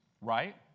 right